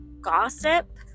gossip